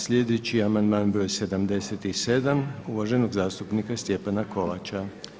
Slijedeći je amandman broj 77. uvaženog zastupnika Stjepana Kovača.